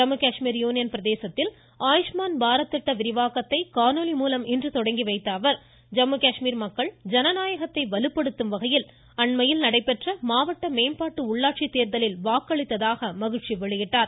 Jammu Kashmir union பிரதேசத்தில் ஆயுஷ்மான் பாரத் திட்ட விரிவாக்கத்தை காணொலி மூலம் இன்று தொடங்கி வைத்த அவர் ஜம்மு காஷ்மீர் மக்கள் ஜனநாயகத்தை வலுப்படுத்தும் வகையில் அண்மையில் நடைபெற்ற மாவட்ட மேம்பாட்டு உள்ளாட்சி தேர்தலில் வாக்களித்தாக மகிழ்ச்சி வெளியிட்டார்